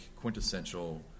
quintessential